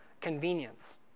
convenience